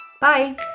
Bye